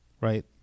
right